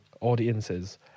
audiences